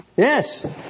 Yes